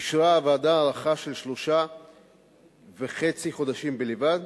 אישרה הוועדה הארכה של שלושה חודשים וחצי בלבד,